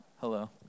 Hello